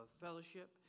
fellowship